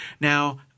Now